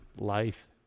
life